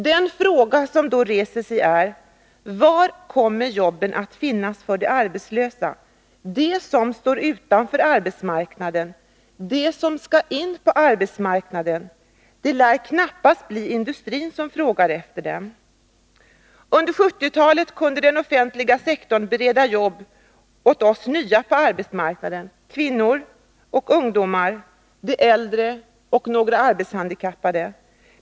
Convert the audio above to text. Den fråga som då reser sig är: Var kommer jobben att finnas för de arbetslösa, för dem som står utanför arbetsmarknaden, för dem som skall in på arbetsmarknaden? Det lär knappast bli industrin som frågar efter dem. Under 1970-talet kunde den offentliga sektorn bereda jobb åt de nya på arbetsmarknaden: kvinnor och ungdomar, de äldre och några arbetshandikappade.